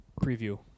preview